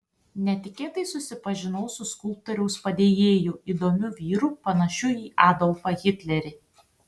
netikėtai susipažinau su skulptoriaus padėjėju įdomiu vyru panašiu į adolfą hitlerį